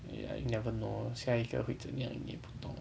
ya you never know 下一个会这么样你也不懂